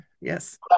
Yes